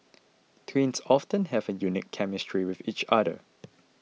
twins often have a unique chemistry with each other